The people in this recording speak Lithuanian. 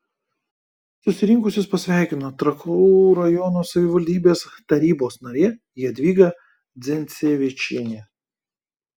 susirinkusius pasveikino trakų rajono savivaldybės tarybos narė jadvyga dzencevičienė